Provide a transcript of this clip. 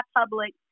public